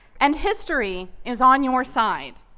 and history is on your side.